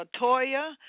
Latoya